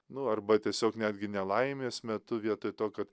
nu arba tiesiog netgi nelaimės metu vietoj to kad